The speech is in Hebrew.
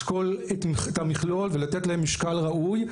לשקול את המכלול ולתת להם משקל ראוי,